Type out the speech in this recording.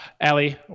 Allie